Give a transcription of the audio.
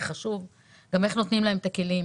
גם איך נותנים כלים,